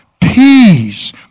Peace